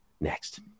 next